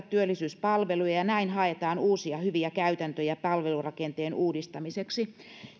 työllisyyspalveluja ja näin haetaan uusia hyviä käytäntöjä palvelurakenteen uudistamiseksi